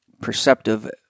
perceptive